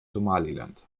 somaliland